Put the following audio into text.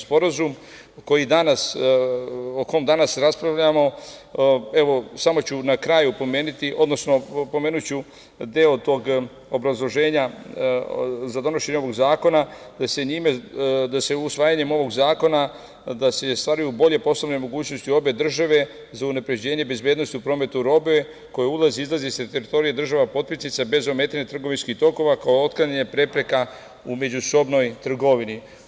Sporazum o kom danas raspravljamo, evo, samo ću pomenuti deo tog obrazloženja za donošenje ovog zakona, da se usvajanjem ovog zakona ostvaruju bolje poslovne mogućnosti u obe države za unapređenje bezbednosti u prometu robe koja ulazi i izlazi sa teritorija država potpisnica, bez ometanja trgovinskih tokova, kao otklanjanje prepreka u međusobnoj trgovini.